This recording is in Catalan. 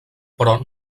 però